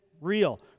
real